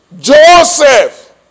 Joseph